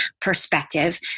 perspective